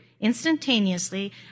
instantaneously